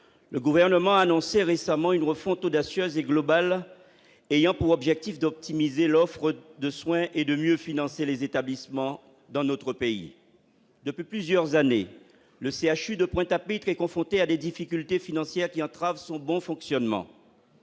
le gouvernement a annoncé récemment une refonte audacieuse et globale ayant pour objectif d'optimiser l'offre de soin et de mieux financer les établissements dans notre pays depuis plusieurs années, le CHU de Pointe-à-Pitre et confronté à des difficultés financières qui entrave son bon fonctionnement